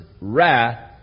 wrath